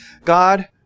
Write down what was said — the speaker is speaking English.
God